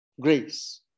grace